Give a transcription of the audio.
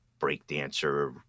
breakdancer